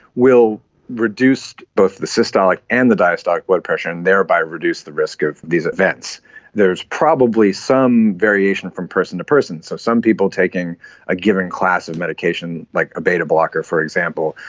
will reduce both the systolic and the diastolic blood pressure and thereby reduce the risk of these events. there's probably some variation from person to person. so some people taking a given class of medication like a beta-blocker, for example,